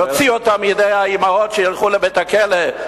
יוציאו אותם מידי האמהות שילכו לבית-הכלא.